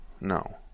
No